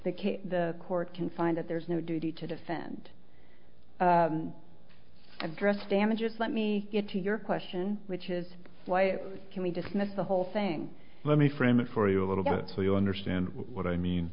case the court can find that there's no duty to defend address damages let me get to your question which is why it can be dismissed the whole thing let me frame it for you a little bit so you understand what i mean